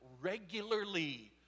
regularly